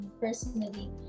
personally